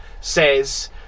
says